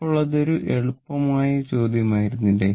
അപ്പോൾ ഇത് ഒരു എളുപ്പമായ ചോദ്യമായിരുന്നില്ലേ